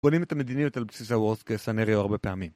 בונים את המדיניות על בסיס הוורסט קייס סנאריו הרבה פעמים.